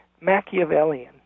Machiavellian